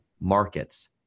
markets